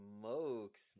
smokes